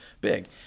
big